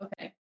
Okay